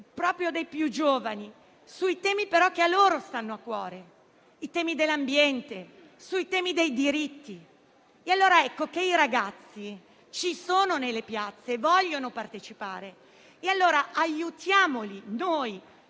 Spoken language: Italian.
proprio dei più giovani, sui temi che a loro stanno a cuore: i temi dell'ambiente e dei diritti. I ragazzi ci sono nelle piazze e vogliono partecipare. E allora aiutiamoli noi,